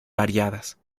variadas